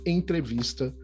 Entrevista